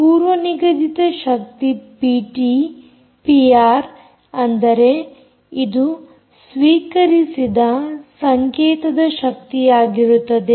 ಪೂರ್ವನಿಗದಿತ ಶಕ್ತಿ PT PR ಅಂದರೆ ಇದು ಸ್ವೀಕರಿಸಿದ ಸಂಕೇತದ ಶಕ್ತಿಯಾಗಿರುತ್ತದೆ